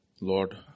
Lord